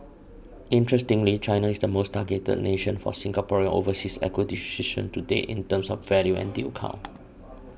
interestingly China is the most targeted nation for Singaporean overseas acquisitions to date in terms of value and deal count